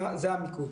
זה המיקוד.